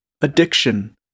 Addiction